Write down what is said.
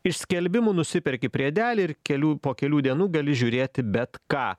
iš skelbimų nusiperki priedelį ir kelių po kelių dienų gali žiūrėti bet ką